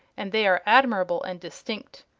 and they are admirable and distinct.